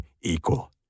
equal